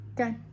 Okay